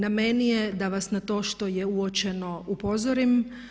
Na meni je da vas na to što je uočeno upozorim.